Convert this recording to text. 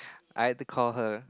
I had to call her